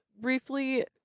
briefly